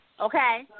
Okay